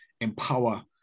empower